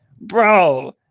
Bro